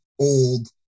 old